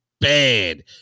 bad